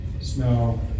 snow